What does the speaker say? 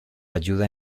ayuda